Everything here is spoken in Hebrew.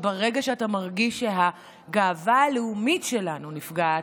ברגע שאתה מרגיש שהגאווה הלאומית שלנו נפגעת,